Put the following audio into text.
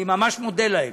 אני ממש מודה להם.